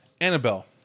Annabelle